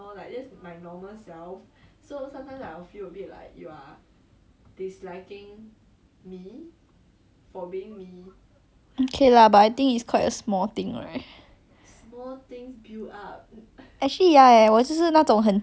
okay lah but I think it's quite a small thing right actually ya eh 我就是那种很记仇的人 like 我记得一件小事情 right then 如果我没有讲出来 right then 我就永远记得 then 我就会 in the end